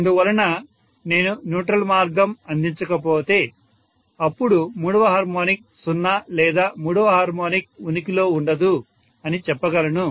అందువలన నేను న్యూట్రల్ మార్గం అందించకపోతే అప్పుడు మూడవ హార్మోనిక్ 0 లేదా మూడవ హార్మోనిక్ ఉనికిలో ఉండదు అని చెప్పగలను